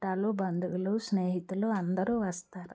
చుట్టాలు బంధువులు స్నేహితులు అందరూ వస్తారు